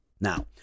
Now